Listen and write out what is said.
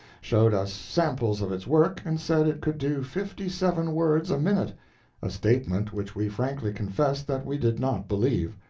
showed us samples of its work, and said it could do fifty-seven words a minute a statement which we frankly confessed that we did not believe.